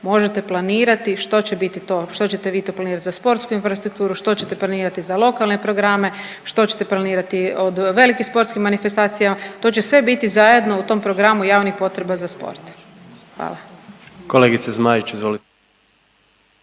možete planirati što će biti to, što ćete vi to planirati za sportsku infrastrukturu što ćete planirati za lokalne programe, što ćete planirati od velikih sportskih manifestacija, to će sve biti zajedno u tom programu javnih potreba za sport. Hvala.